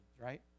right